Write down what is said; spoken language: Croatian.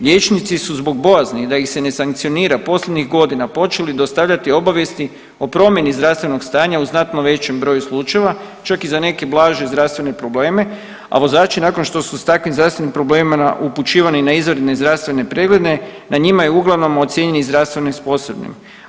Liječnici su zbog bojazni da ih se ne sankcionira posljednjih godina počeli dostavljati obavijesti o promjeni zdravstvenog stanja u znatno većem broju slučajeva, čak i za neke blaže zdravstvene probleme, a vozači nakon što su s takvim zdravstvenim problemima upućivani na izvanredne zdravstvene preglede, na njima je uglavnom ocijeni zdravstvenim i sposobnim.